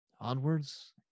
Onwards